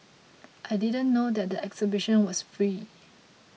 I didn't know that the exhibition was free